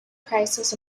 crisis